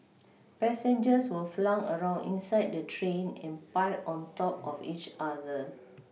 passengers were flung around inside the train and piled on top of each other